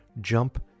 jump